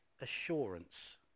assurance